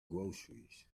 groceries